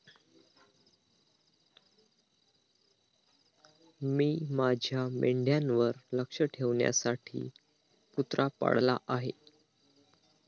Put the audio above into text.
मी माझ्या मेंढ्यांवर लक्ष ठेवण्यासाठी कुत्रा पाळला आहे